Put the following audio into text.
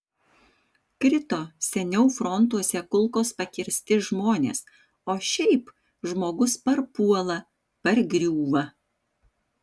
krito seniau frontuose kulkos pakirsti žmonės o šiaip žmogus parpuola pargriūva